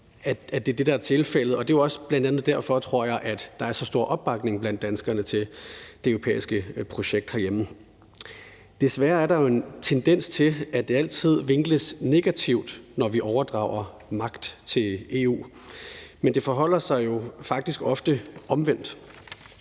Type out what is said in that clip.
det er det, der er tilfældet, og det er jo bl.a. også derfor, tror jeg, at der er så stor opbakning blandt danskerne til det europæiske projekt herhjemme. Desværre er der en tendens til, at det altid vinkles negativt, når vi overdrager magt til EU. Men det forholder sig jo faktisk ofte omvendt.